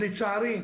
לצערי,